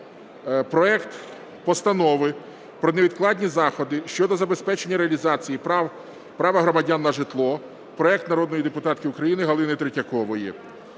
проект Постанови про невідкладні заходи щодо забезпечення реалізації права громадян на житло, проект народної депутатки України Галини Третьякової,